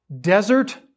desert